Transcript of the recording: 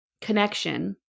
connection